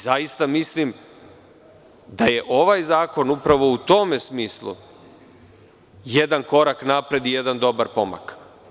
Zaista mislim da je ovaj zakon upravo u tom smislu jedan korak napred i jedan dobar pomak.